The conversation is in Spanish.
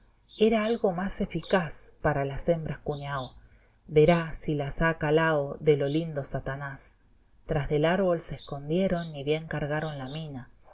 era algo más eficaz para las hembras cuñao verá si las ha cálao de lo lindo satanás tras del árbol se escondieron ni bien calcaron la mina